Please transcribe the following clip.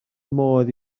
modd